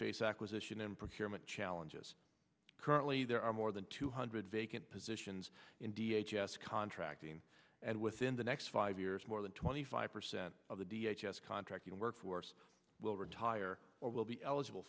procurement challenges currently there are more than two hundred vacant positions in d h s s contracting and within the next five years more than twenty five percent of the d h s s contracting workforce will retire or will be eligible